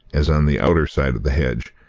as on the outer side of the hedge,